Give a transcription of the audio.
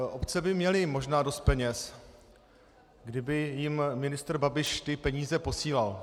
Obce by měly možná dost peněz, kdyby jim ministr Babiš ty peníze posílal.